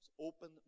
Open